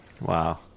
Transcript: Wow